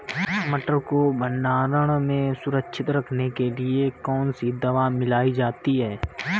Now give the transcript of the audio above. मटर को भंडारण में सुरक्षित रखने के लिए कौन सी दवा मिलाई जाती है?